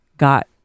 Got